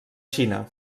xina